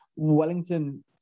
Wellington